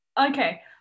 Okay